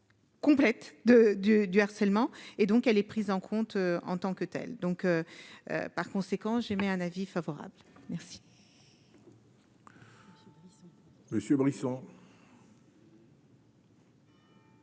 Complète de du du harcèlement et donc elle est prise en compte en tant que tels, donc par conséquent j'émets un avis favorable. Merci